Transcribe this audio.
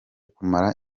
kumara